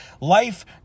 life